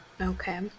okay